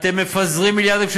אתם מפזרים מיליארדים,